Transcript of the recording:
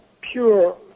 pure